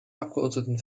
abgeordneten